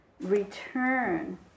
return